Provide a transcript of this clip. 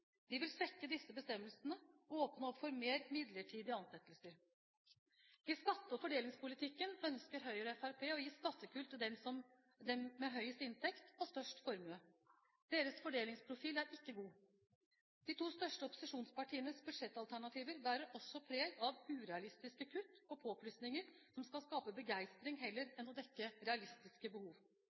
De vil svekke disse bestemmelsene og åpne opp for mer midlertidige ansettelser. I skatte- og fordelingspolitikken ønsker Høyre og Fremskrittspartiet å gi skattekutt til dem med høyest inntekt og størst formue. Deres fordelingsprofil er ikke god. De to største opposisjonspartienes budsjettalternativer bærer også preg av urealistiske kutt og påplussinger som skal skape begeistring heller enn å dekke realistiske behov.